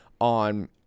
on